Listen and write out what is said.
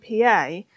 PA